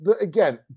again